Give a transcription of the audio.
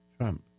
Trump